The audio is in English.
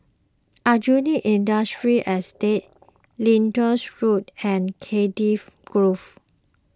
Aljunied Industrial Estate Lyndhurst Road and Cardiff Grove